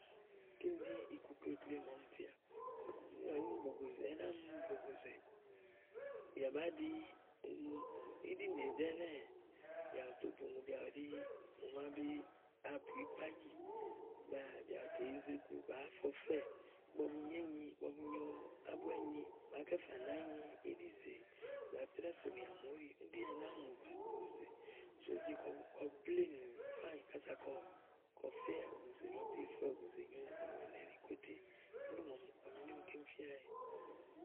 Kíni ɖí iku klekle màa ɔmi fíà. Níìlɔ ɖi ni bògòzè ɛnɛ́ àámi bògòzè blà bá ɖi uŋ íɖìnè ɖèé ɛnɛ́ɛ̀ bìà bù tò bù ùŋòò, bìà bùɖi mò màa be yi ba bu ikpájì màa bìà bù tè yize iku, bàáá fe ɔfɛ́ɛ̀. Ígbɔ bu nyoínyi, ígbɔ bu nyo ábua i nyi tè bàáa kɛ fà nàányi íɖizè zà trɛ́ɛ̀ sònìà mò óɖì úni ɖí ɛnɛ àámi mò bògòzè sú ùú je kɔ bléè nù fáànyì kása kɔ fɛ́ ògòzè lɔ. Tè fɛ ògòzè nyo ùŋù èle kòtèè.